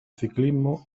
ciclismo